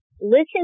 Listen